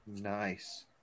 Nice